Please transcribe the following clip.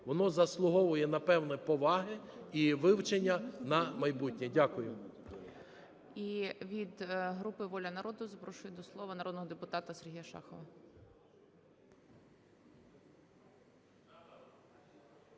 Воно заслуговує на певну повагу і вивчення на майбутнє. Дякую. ГОЛОВУЮЧИЙ. І від групи "Воля народу" запрошую до слова народного депутата Сергія Шахова.